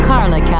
Carla